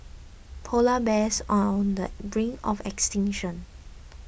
Polar Bears are on the brink of extinction